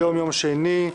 היום שני,